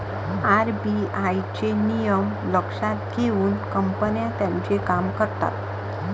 RBI चे नियम लक्षात घेऊन कंपन्या त्यांचे काम करतात